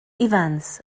ifans